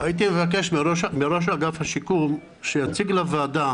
הייתי מבקש מראש אגף השיקום שיציג לוועדה